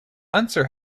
unser